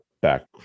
back